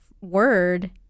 word